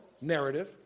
narrative